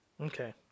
Okay